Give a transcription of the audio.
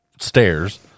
stairs